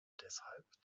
deshalb